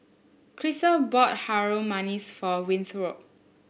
Christal bought Harum Manis for Winthrop